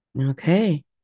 Okay